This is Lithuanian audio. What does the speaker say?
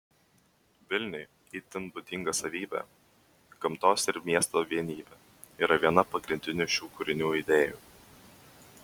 vilniui itin būdinga savybė gamtos ir miesto vienybė yra viena pagrindinių šių kūrinių idėjų